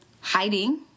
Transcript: hiding